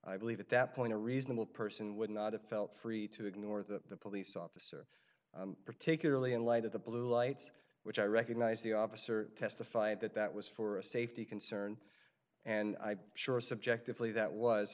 i believe at that point a reasonable person would not have felt free to ignore the police officer particularly in light of the blue lights which i recognize the officer testified that that was for a safety concern and i'm sure subjectively that was